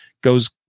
goes